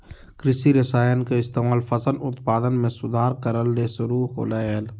कृषि रसायन के इस्तेमाल फसल उत्पादन में सुधार करय ले शुरु होलय हल